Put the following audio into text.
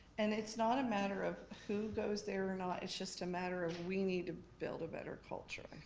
and it's not a matter of who goes there or not, it's just a matter of we need to build a better culture.